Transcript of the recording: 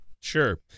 Sure